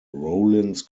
rollins